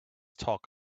talk